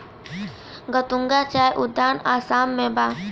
गतूंगा चाय उद्यान आसाम में बा